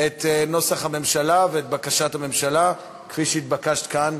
את נוסח הממשלה ואת בקשת הממשלה, כפי שהתבקשת כאן,